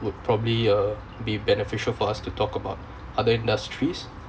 would probably uh be beneficial for us to talk about other industries